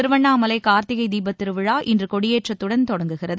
திருவண்ணாமலை கார்த்திகை தீபத் திருவிழா இன்று கொடியேற்றத்துடன் தொடங்கியது